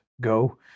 go